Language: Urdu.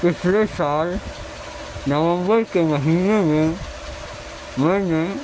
پچھلے سال نومبر کے مہینے میں میں نے